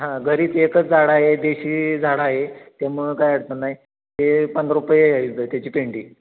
हां घरीच एकच झाड आहे देशी झाड आहे त्यामुळं काय अडचण नाही ते पंधरा रुपये आहे त्याची पेंडी